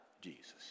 Jesus